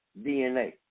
DNA